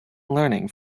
learning